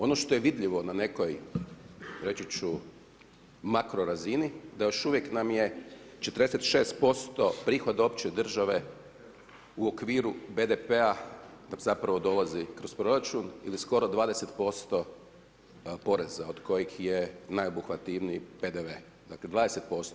Ono što je vidljivo na nekoj, reći ću makro razini da još uvijek nam je 46% prihoda opće države u okviru BDP-a nam zapravo dolazi kroz proračun ili skoro 20% poreza od kojeg je najobuhvativniji PDV, dakle 20%